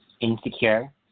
Insecure